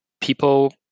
people